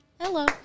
Hello